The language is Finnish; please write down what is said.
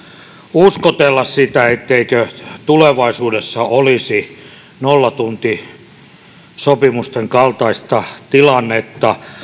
uskotella sitä etteikö tulevaisuudessa olisi nollatuntisopimusten kaltaista tilannetta